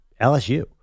LSU